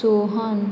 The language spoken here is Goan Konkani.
सोहन